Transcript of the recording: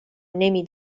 نمی